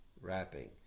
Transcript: wrapping